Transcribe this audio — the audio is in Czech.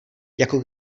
jako